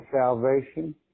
salvation